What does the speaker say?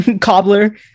Cobbler